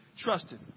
trusted